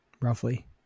roughly